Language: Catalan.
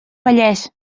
vallès